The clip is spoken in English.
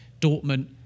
Dortmund